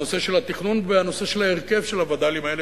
הנושא של התכנון והנושא של ההרכב של הווד”לים האלה,